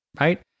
right